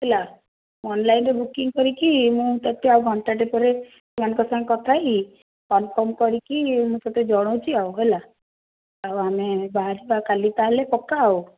ହେଲା ଅନଲାଇନରେ ବୁକିଙ୍ଗି କରିକି ମୁଁ ତୋତେ ଆଉ ଘଣ୍ଟାଟେ ପରେ ତାଙ୍କ ସହ କଥା ହୋଇକି କନଫ୍ରମ୍ କରିକି ତୋତେ ଜଣାଉଛି ଆଉ ହେଲା ଆଉ ଆମେ ବାହାରିବା କାଲି ତାହେଲେ ପକ୍କା ଆଉ